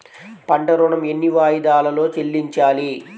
పంట ఋణం ఎన్ని వాయిదాలలో చెల్లించాలి?